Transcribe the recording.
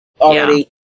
already